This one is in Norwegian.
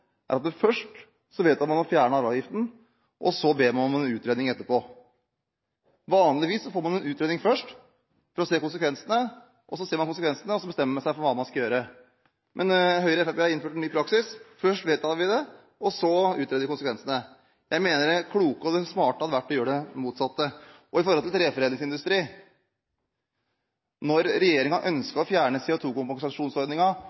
er at først vedtar man å få fjernet arveavgiften, og så ber man om en utredning etterpå. Vanligvis får man en utredning først for å se konsekvensene, og når man ser konsekvensene, bestemmer man seg for hva man skal gjøre. Men Høyre og Fremskrittspartiet har innført en ny praksis: Først vedtar vi det, og så utreder vi konsekvensene. Jeg mener at det kloke og smarte hadde vært å gjøre det motsatte. Med hensyn til treforedlingsindustrien: Når regjeringen ønsket å fjerne CO2-kompensasjonsordningen, og det vil bli redusert med ca. 50 mill. kr i